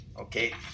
Okay